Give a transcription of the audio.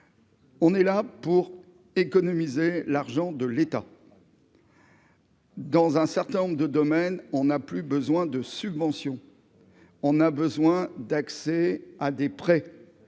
On est là pour économiser l'argent de l'État. Dans un certain nombre de domaines, on a plus besoin de subventions, on a besoin d'accès à des prêts